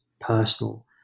personal